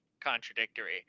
Contradictory